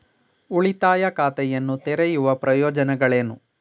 ಉಳಿತಾಯ ಖಾತೆಯನ್ನು ತೆರೆಯುವ ಪ್ರಯೋಜನಗಳೇನು?